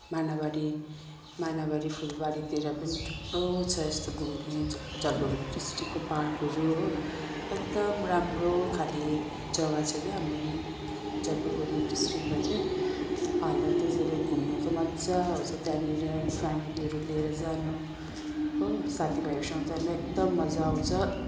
मानाबारी मानाबारी फुलबारीतिर पनि थुप्रो छ यस्तो घुम्ने जलपाइगुडी डिस्ट्रिक्टको पार्कहरू हो एकदम राम्रो खाले जगा छ के हाम्रो जलपाइगुडी डिस्ट्रिक्टमा चाहिँ अन्त त्यसैले जलपाइगुडी डिस्ट्रिक्टमा चाहिँ अन्त त्यसैले घुम्नु चाहिँ मजा आउँछ त्यहाँनेर फ्यामिलीहरू लिएर जानु हो साथी भाइहरूसँग जानु एकदम मजा आउँछ